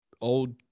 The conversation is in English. old